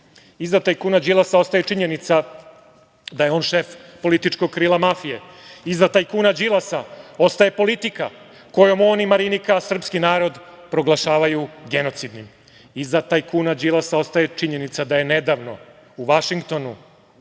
tajkuna Đilasa ostaje činjenica da je on šef političkog krila mafije. Iza tajkuna Đilasa ostaje politika kojom on i Marinika srpski narod proglašavaju genocidnim. Iza tajkuna Đilasa ostaje činjenica da je nedavno u Vašingtonu